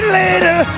later